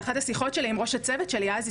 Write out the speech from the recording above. באחת השיחות שלי עם ראש הצוות שלי דאז,